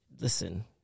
Listen